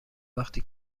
وقتی